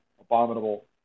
abominable